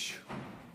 סגלוביץ'.